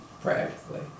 practically